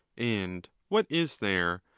and what is there,